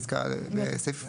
בסעיף,